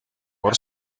por